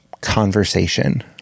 conversation